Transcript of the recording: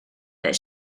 that